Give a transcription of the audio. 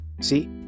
See